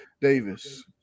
Davis